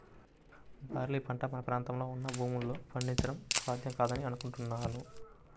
barley పంట మన ప్రాంతంలో ఉన్న భూముల్లో పండించడం సాధ్యం కాదని అనుకుంటున్నాను